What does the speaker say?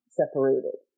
separated